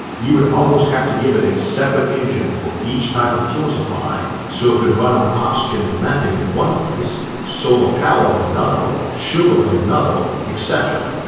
you would almost have to give it a separate engine for each type of fuel supply so it could run on oxygen and methane in one place, solar in another, sugar in another, etc.